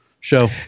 show